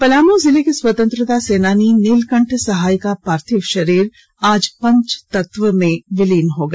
पलामू जिले के स्वतंत्रता सेनानी नीलकंठ सहाय का पार्थिव शरीर आज पंचतत्व में विलीन हो गया